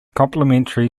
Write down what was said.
complementary